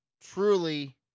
truly